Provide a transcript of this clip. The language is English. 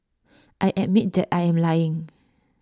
I admit that I am lying